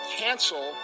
cancel